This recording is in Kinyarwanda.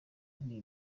nti